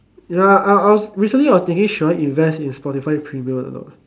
ya I I recently I was thinking should I invest in spotify premium or not